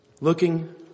Looking